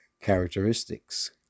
characteristics